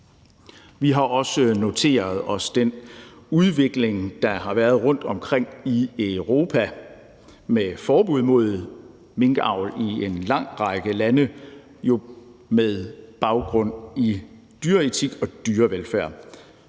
Vi har også noteret os den udvikling, der har været rundtomkring i Europa med forbud mod minkavl i en lang række lande med baggrund i dyreetik og dyrevelfærd,